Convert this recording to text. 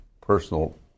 personal